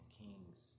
kings